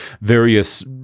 various